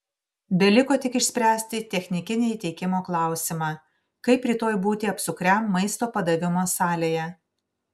beliko tik išspręsti technikinį įteikimo klausimą kaip rytoj būti apsukriam maisto padavimo salėje